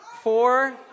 Four